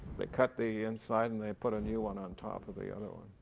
they cut the inside and they put a new one on top of the other one.